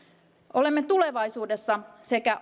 olemme tulevaisuudessa sekä